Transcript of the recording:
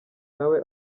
nawe